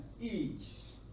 ease